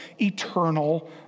eternal